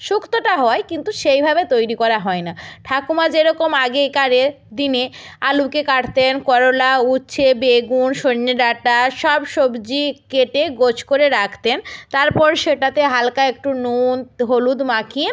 সুক্তটা হয় কিন্তু সেইভাবে তৈরি করা হয় না ঠাকুমা যেরকম আগেকার দিনে আলুকে কাটতেন করলা উচ্ছে বেগুন সজনে ডাঁটা সব সবজি কেটে গোছ করে রাখতেন তারপর সেটাতে হালকা একটু নুন হলুদ মাখিয়ে